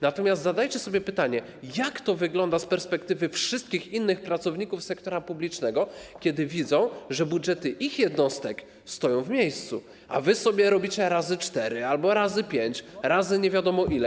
Natomiast zadajcie sobie pytanie: Jak to wygląda z perspektywy wszystkich innych pracowników sektora publicznego, którzy widzą, że budżety ich jednostek stoją w miejscu, a wy sobie robicie razy cztery albo razy pięć, razy nie wiadomo ile?